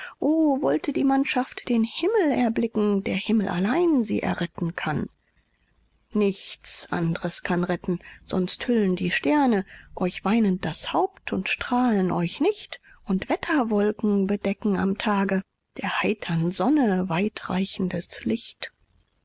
wollte die mannschaft den himmel erblicken der himmel allein sie erretten kann nichts and'res kann retten sonst hüllen die sterne euch weinend das haupt und strahlen euch nicht und wetterwolken bedecken am tage der heitern sonne weitreichendes licht